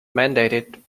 mandated